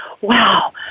wow